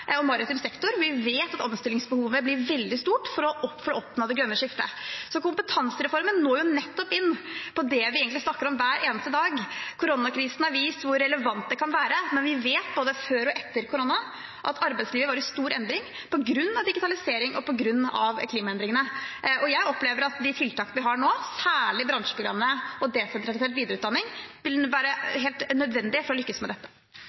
og maritim sektor. Vi vet at omstillingsbehovet blir veldig stort for å oppnå det grønne skiftet. Kompetansereformen går nettopp inn på det vi snakker om hver eneste dag. Koronakrisen har vist hvor relevant det kan være, men vi vet at både før og etter korona er arbeidslivet i stor endring på grunn av digitalisering og på grunn av klimaendringene. Jeg opplever at de tiltakene vi har nå – og særlig bransjeprogrammene og desentralisert videreutdanning – vil være helt nødvendig for å lykkes med